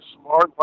Smart